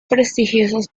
prestigiosas